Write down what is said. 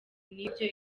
n’ibyo